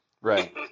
Right